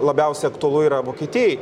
labiausiai aktualu yra vokietijai